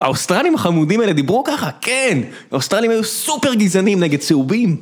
האוסטרלים החמודים האלה דיברו ככה, כן! האוסטרלים היו סופר גזענים נגד צהובים!